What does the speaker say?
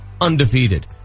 undefeated